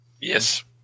Yes